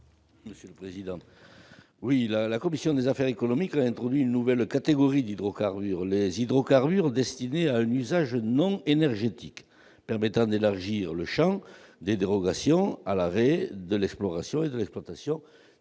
n° 58 rectifié . La commission des affaires économiques a introduit une nouvelle catégorie d'hydrocarbures- les hydrocarbures destinés à un usage non énergétique -, permettant d'élargir le champ des dérogations à l'arrêt de l'exploration et de l'exploitation des hydrocarbures